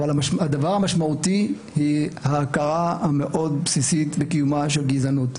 אבל הדבר המשמעותי הוא ההכרה המאוד בסיסית בקיומה של גזענות,